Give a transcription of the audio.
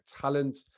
talent